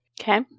Okay